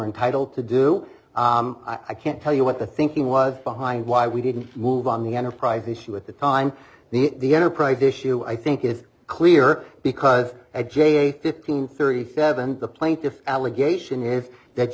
entitled to do i can't tell you what the thinking was behind why we didn't move on the enterprise issue at the time the enterprise issue i think is clear because at j fifteen thirty seven the plaintiff allegation is that